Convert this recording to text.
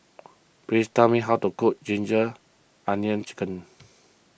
please tell me how to cook Ginger Onions Chicken